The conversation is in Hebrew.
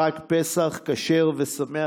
חג פסח כשר ושמח.